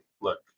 look